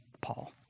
Paul